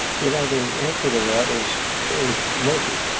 you know the answer to that is is murky.